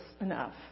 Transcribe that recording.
enough